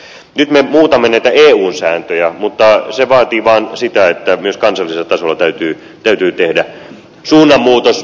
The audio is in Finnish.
nyt me muutamme näitä eun sääntöjä mutta se vaatii vaan sitä että myös kansallisella tasolla täytyy tehdä suunnanmuutos